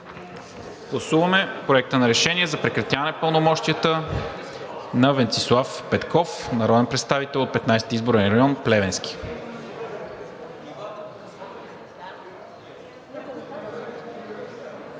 Гласуваме Проекта на решение за прекратяване пълномощията на Венцислав Петков – народен представител от Петнадесети изборен район – Плевенски.